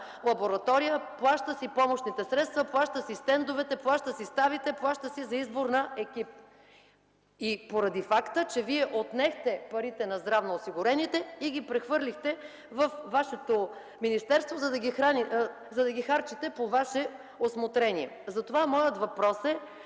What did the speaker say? лаборатория, плаща си помощните средства, стендовете, плаща си стаите, плаща си за избор на екип поради факта, че Вие отнехте парите на здравноосигурените и ги прехвърлихте във Вашето министерство, за да ги харчите по Ваше усмотрение. Моят въпрос е: